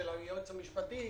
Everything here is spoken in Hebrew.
של היועץ המשפטי.